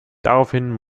daraufhin